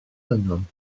dynion